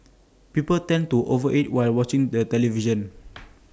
people tend to over eat while watching the television